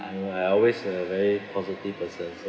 I uh I always a very positive person s~